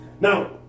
Now